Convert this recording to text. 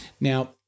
Now